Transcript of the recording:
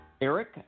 Eric